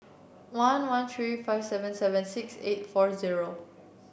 one one three five seven seven six eight four zero